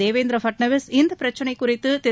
தேவேந்திர பட்நாவிஸ் இந்தப் பிரச்னை குறித்து திரு